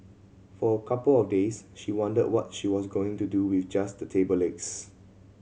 for a couple of days she wondered what she was going to do with just the table legs